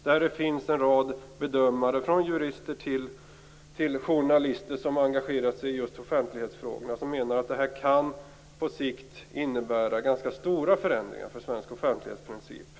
Där finns en rad bedömare, från jurister till journalister som engagerat sig i just offentlighetsfrågorna, som menar att det här på sikt kan innebära ganska stora förändringar för svensk offentlighetsprincip.